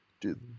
Dude